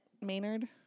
Maynard